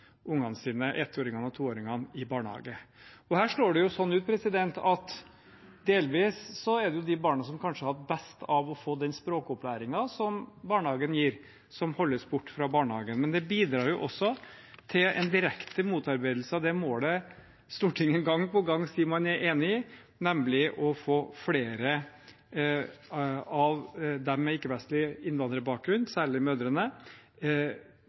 ettåringene og toåringene i barnehage. Det slår slik ut at det delvis er de barna som kanskje hadde hatt best av å få den språkopplæringen som barnehagen gir, som holdes borte fra barnehagen, men det bidrar også til en direkte motarbeidelse av det målet Stortinget gang på gang sier man er enig i, nemlig at flere av dem med ikke-vestlig innvandrerbakgrunn, særlig mødrene,